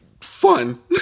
Fun